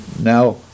Now